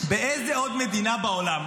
באיזו עוד מדינה בעולם,